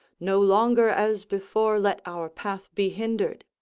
no longer as before let our path be hindered.